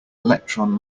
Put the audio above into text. electron